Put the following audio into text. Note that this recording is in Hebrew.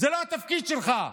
זה לא התפקיד שלך.